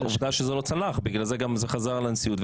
עובדה שזה לא צלח ובגלל זה גם חזר לנשיאות,